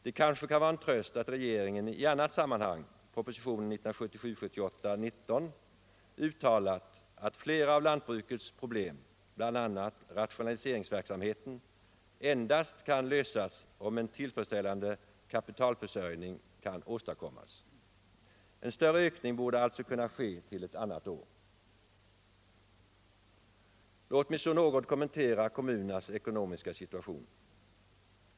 Det kanske kan vara en tröst att regeringen i annat sammanhang — propositionen 1977/78:19 — uttalat att flera av lantbrukets problem, bl.a. rationaliseringsverksamheten, endast kan lösas om en tillfredsställande kapitalförsörjning kan åstadkommas. En större ökning borde alltså kunna förverkligas till ett annat år. Låt mig så något kommentera kommunernas ekonomiska situation.